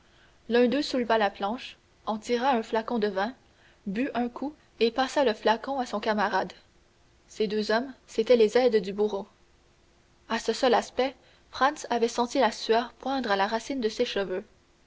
l'un d'eux souleva la planche en tira un flacon de vin but un coup et passa le flacon à son camarade ces deux hommes c'étaient les aides du bourreau à ce seul aspect franz avait senti la sueur poindre à la racine de ses cheveux